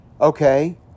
okay